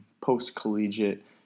post-collegiate